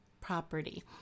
property